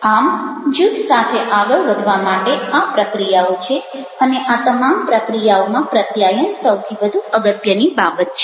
આમ જૂથ સાથે આગળ વધવા માટે આ પ્રક્રિયાઓ છે અને આ તમામ પ્રક્રિયાઓમાં પ્રત્યાયન સૌથી વધુ અગત્યની બાબત છે